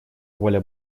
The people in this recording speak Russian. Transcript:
воля